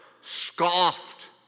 scoffed